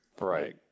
Right